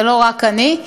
זו לא רק אני.